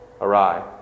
awry